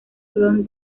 clon